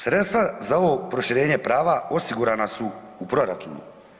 Sredstva za ovo proširenje prava osigurana su u proračunu.